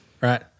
right